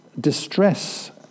distress